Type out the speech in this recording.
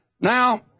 Now